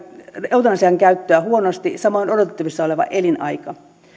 eutanasian käyttöä huonosti samoin odotettavissa oleva elinaika